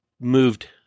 moved